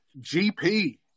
GP